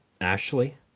Ashley